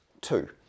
two